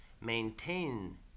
maintain